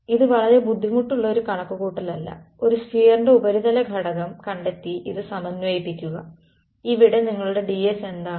ഇത് വളരെ ബുദ്ധിമുട്ടുള്ള ഒരു കണക്കുകൂട്ടലല്ല ഒരു സ്ഫിയറിൻ്റെ ഉപരിതല ഘടകം കണ്ടെത്തി ഇത് സമന്വയിപ്പിക്കുക ഇവിടെ നിങ്ങളുടെ ds എന്താണ്